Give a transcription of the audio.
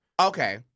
Okay